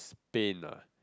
Spain lah